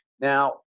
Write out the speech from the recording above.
Now